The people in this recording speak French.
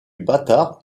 bâtard